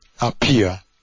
appear